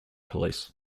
police